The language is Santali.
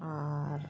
ᱟᱨ